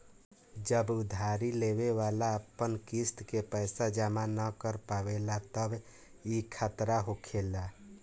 जब उधारी लेवे वाला अपन किस्त के पैसा जमा न कर पावेला तब ई खतरा होखेला